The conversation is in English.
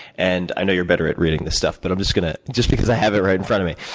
and, i know you're better at reading this stuff, but i'm just gonna, just because i have it right in front of me.